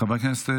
חברת הכנסת